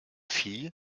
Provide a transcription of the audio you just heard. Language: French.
fille